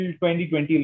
2020